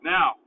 Now